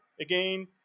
again